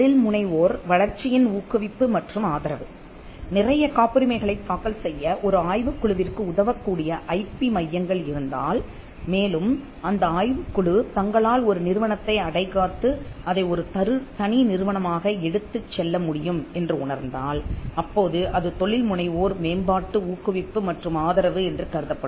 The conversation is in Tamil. தொழில் முனைவோர் வளர்ச்சியின் ஊக்குவிப்பு மற்றும் ஆதரவு நிறைய காப்புரிமைகளைத் தாக்கல் செய்ய ஒரு ஆய்வுக் குழுவிற்கு உதவக்கூடிய ஐபி மையங்கள் இருந்தால் மேலும் அந்த ஆய்வுக் குழு தங்களால் ஒரு நிறுவனத்தை அடைகாத்து அதை ஒரு தனி நிறுவனமாக எடுத்துச்செல்ல முடியும் என்று உணர்ந்தால் அப்போது அது தொழில் முனைவோர் மேம்பாட்டு ஊக்குவிப்பு மற்றும் ஆதரவு என்று கருதப்படும்